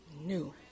new